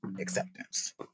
acceptance